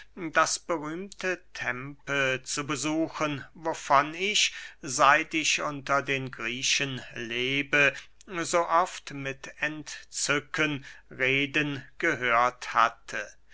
das berühmte tempe zu besuchen wovon ich seit ich unter den griechen lebe so oft mit entzücken reden gehört hatte